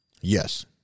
Yes